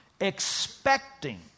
expecting